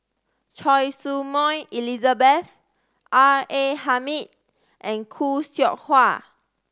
Choy Su Moi Elizabeth R A Hamid and Khoo Seow Hwa